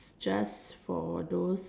just for those